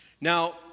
Now